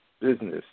business